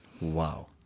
Wow